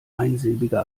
einsilbige